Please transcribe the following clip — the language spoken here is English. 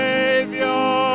Savior